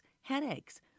headaches